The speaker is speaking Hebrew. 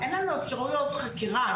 אין לנו אפשרויות חקירה.